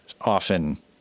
often